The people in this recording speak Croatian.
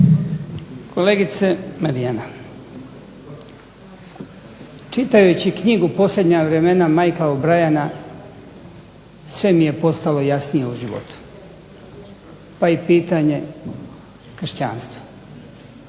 Kolegice Marijana, čitajući knjigu "Posljednja vremena" Michaela O'Briana sve mi je postalo jasnije u životu pa i pitanje kršćanstva.